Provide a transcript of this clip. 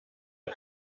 ihr